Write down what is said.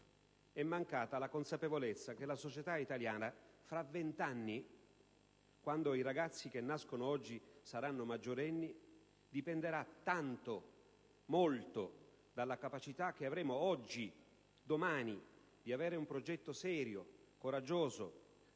È mancata la consapevolezza che la società italiana tra vent'anni, quando i ragazzi che nascono oggi saranno maggiorenni, dipenderà tanto, molto, dalla capacità che avremo oggi, domani, di avere un progetto serio, coraggioso,